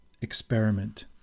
Experiment